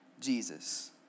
Jesus